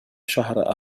شهر